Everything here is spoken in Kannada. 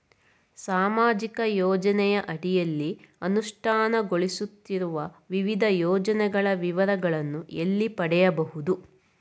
ಸಾಮಾಜಿಕ ಯೋಜನೆಯ ಅಡಿಯಲ್ಲಿ ಅನುಷ್ಠಾನಗೊಳಿಸುತ್ತಿರುವ ವಿವಿಧ ಯೋಜನೆಗಳ ವಿವರಗಳನ್ನು ಎಲ್ಲಿ ಪಡೆಯಬಹುದು?